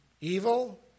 evil